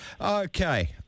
Okay